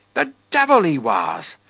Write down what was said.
the devil he was!